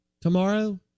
tomorrow